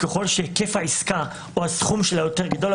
וככל שהיקף העסקה או הסכום שלה יותר גדול,